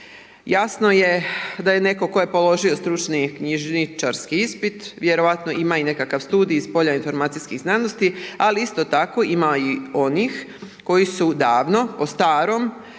Jasno je da je netko tko je položio stručni knjižničarski ispit vjerojatno ima i nekakav studij iz polja informacijskih znanosti ali isto tako ima i onih koji su davno po starom